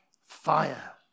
fire